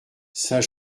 saint